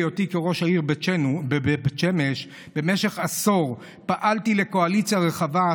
בהיותי ראש העיר בית שמש במשך עשור פעלתי לקואליציה רחבה,